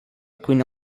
cuina